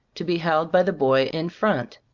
to be held by the boy in front.